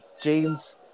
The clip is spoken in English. Jeans